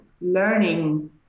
learning